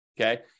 okay